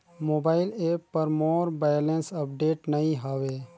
mobile app पर मोर balance update नई हवे